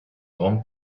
grande